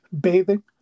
bathing